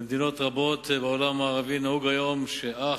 במדינות רבות בעולם המערבי נהוג היום שאח